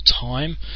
time